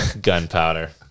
gunpowder